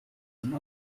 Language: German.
zum